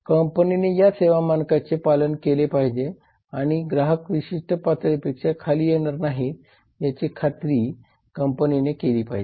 कंपनीने या सेवा मानकांचे पालन केले पाहिजे आणि ग्राहक विशिष्ट पातळीपेक्षा खाली येणार नाहीत याची खात्री कंपनीने केली पाहिजे